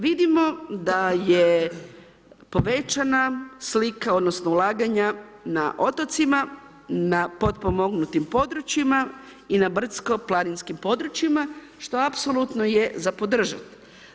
Vidimo da je povećana slika odnosno ulaganja na otocima, na potpomognutim područjima i na Brdsko planinskim područjima, što apsolutno je za podržati.